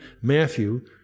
Matthew